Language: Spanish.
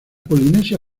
polinesia